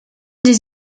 des